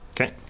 Okay